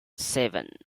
seven